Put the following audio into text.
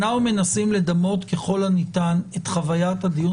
אנחנו מנסים לדמות ככל הניתן את חוויית הדיון